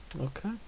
Okay